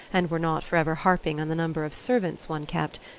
and were not forever harping on the number of servants one kept,